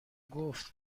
گفت